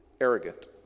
arrogant